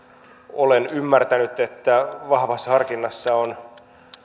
olen ymmärtänyt että vahvassa harkinnassa on